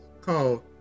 call